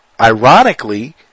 ironically